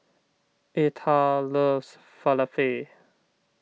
Eartha loves Falafel